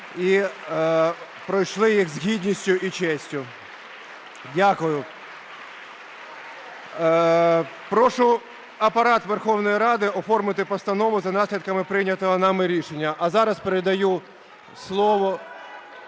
і пройшли їх з гідністю і честю. Дякую. (Оплески) Прошу Апарат Верховної Ради оформити постанову за наслідками прийнятого нами рішення. А зараз передаю слово…